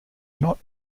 not